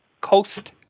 Coast